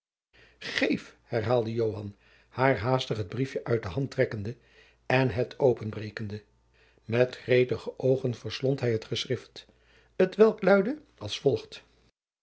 geef herhaalde joan haar haastig het briefje uit de hand trekkende en het openbrekende met gretige oogen verslond hij het geschrift t welk luidde als volgt